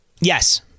yes